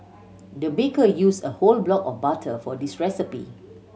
the baker used a whole block of butter for this recipe